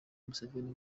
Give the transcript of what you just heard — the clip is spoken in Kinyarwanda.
museveni